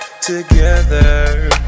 Together